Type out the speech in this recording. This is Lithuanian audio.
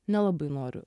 nelabai noriu